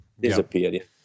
Disappeared